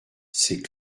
c’est